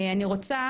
אני רוצה